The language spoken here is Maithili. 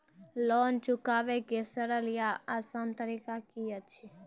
लोन चुकाबै के सरल या आसान तरीका की अछि?